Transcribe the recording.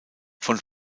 von